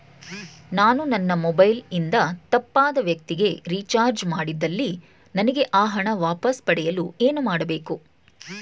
ನಾನು ನನ್ನ ಮೊಬೈಲ್ ಇಂದ ತಪ್ಪಾದ ವ್ಯಕ್ತಿಗೆ ರಿಚಾರ್ಜ್ ಮಾಡಿದಲ್ಲಿ ನನಗೆ ಆ ಹಣ ವಾಪಸ್ ಪಡೆಯಲು ಏನು ಮಾಡಬೇಕು?